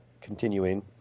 continuing